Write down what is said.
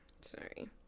Sorry